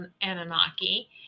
Anunnaki